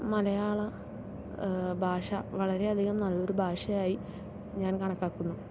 മലയാള ഭാഷ വളരെയധികം നല്ലൊരു ഭാഷയായി ഞാൻ കണക്കാക്കുന്നു